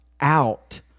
out